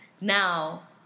Now